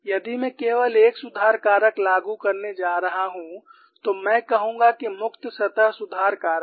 यदि मैं केवल एक सुधार कारक लागू करने जा रहा हूं तो मैं कहूंगा कि मुक्त सतह सुधार कारक